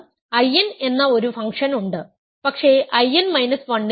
I n എന്ന ഒരു function ഉണ്ട് പക്ഷേ I n മൈനസ് 1 ൽ അല്ല